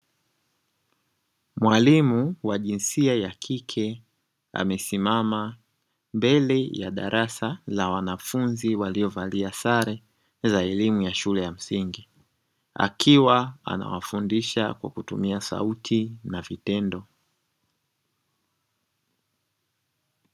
Mwalimu wa jinsia ya kike amesimama mbele ya darasa la wanafunzi, waliovalia sare za elimu ya shule ya msingi akiwa anawafundisha kwa kutumia sauti na vitendo.